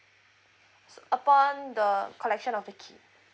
so upon the collection of the key